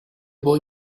boy